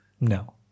No